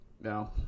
No